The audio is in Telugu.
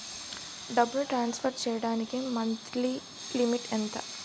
డబ్బును ట్రాన్సఫర్ చేయడానికి మంత్లీ లిమిట్ ఎంత?